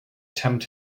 tempt